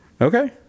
Okay